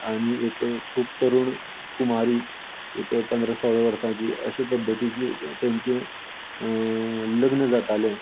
आनी एक खूब तरूण कुमारी एक पंदरा सोळा वर्सांची अशी पद्दतीची तेंचें लग्न जातालें आनी